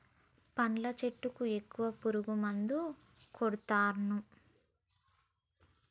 పండ్ల చెట్లకు ఎక్కువ పురుగు మందులు కొడుతాన్రు